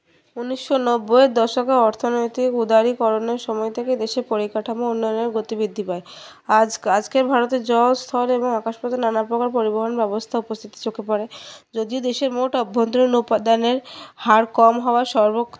উনিশো নব্বইয়ের দশকে অর্থনৈতিক উদারিকরণের সময় থেকে দেশের পরিকাঠামো উন্নায়নের গতি বৃদ্ধি পায় আজকের ভারতের জলস্থল এবং আকাশ পাতাল নানান প্রকার পরিবহন ব্যবস্থা উপস্থিতি চোখে পরে যদিও দেশের মোট অভ্যন্তরীণ উপাদনের হার কম হওয়ার সর্ব